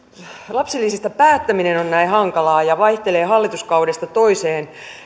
lapsilisistä päättäminen on näin hankalaa ja vaihtelee hallituskaudesta toiseen